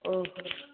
ଓହୋ